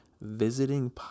visiting